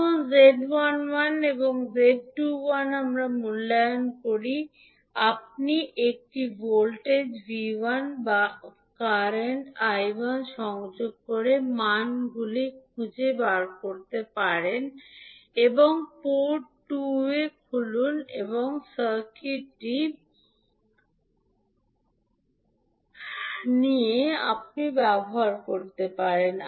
এখন 𝐳11 এবং 𝐳21 মূল্যায়ন করতে আপনি একটি ভোল্টেজ 𝐕1 বা বর্তমান 𝐈1 সংযোগ করে মানগুলি খুঁজে পেতে পারেন 1 পোর্ট 2 খুলুন সার্কিট দিয়ে তাহলে আপনি কি করবেন